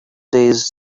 days